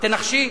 תנחשי.